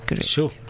Sure